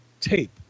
tape